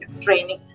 training